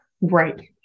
right